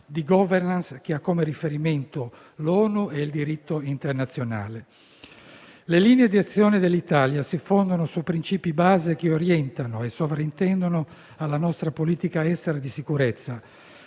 di *governance* che ha come riferimento l'ONU e il diritto internazionale. Le linee di azione dell'Italia si fondano su principi base che orientano e sovrintendono alla nostra politica estera di sicurezza;